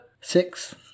Six